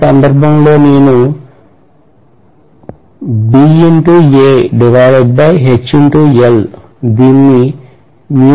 ఈ సందర్భంలో నేను దీన్ని రాయవచ్చు